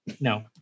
no